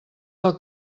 del